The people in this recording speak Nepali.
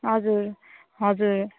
हजुर हजुर